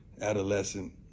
adolescent